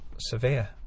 severe